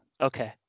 Okay